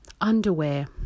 underwear